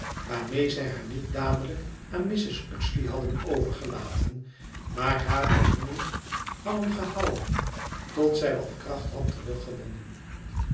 waarmeê zij haar niet dadelijk aan mrs uxeley hadden overgelaten maar haar ten hunnent hadden gehouden tot zij wat kracht had